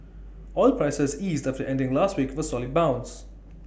oil prices eased after ending last week with A solid bounce